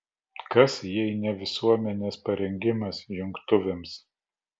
kas jei ne visuomenės parengimas jungtuvėms